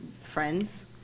friends